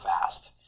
fast